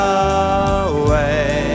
away